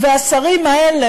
והשרים האלה,